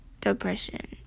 Depression